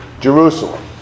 Jerusalem